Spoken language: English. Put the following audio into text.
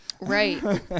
Right